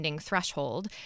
threshold